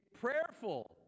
prayerful